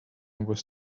was